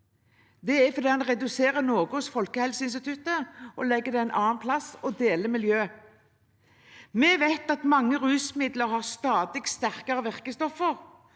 Det er fordi en reduserer noe hos Folkehelseinstituttet, legger det en annen plass og deler miljø. Vi vet at mange rusmidler har stadig sterkere virkestoffer,